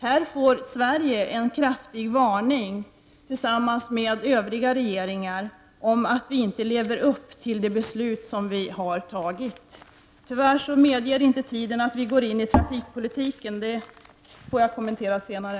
Här får Sveriges regering, tillsammans med övriga regeringar, en kraftig varning om att vi inte lever upp till de beslut som vi har fattat. Tyvärr medger inte tiden att vi går in på trafikpolitiken. Den får jag kommentera senare.